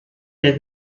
der